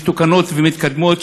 מתוקנות ומתקדמות,